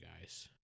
guys